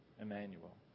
Emmanuel